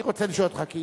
אני רוצה לשאול אותך,